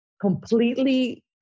completely